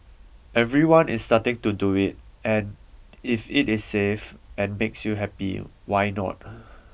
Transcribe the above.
everyone is starting to do it and if it is safe and makes you happy why not